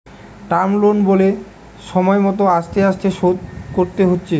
term loan বলে সময় মত আস্তে আস্তে শোধ করতে হচ্ছে